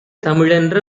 தமிழென்ற